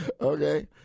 Okay